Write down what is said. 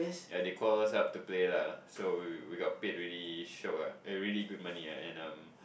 ya they call us up to play lah so we we got paid already shiok ah eh really good money ah and um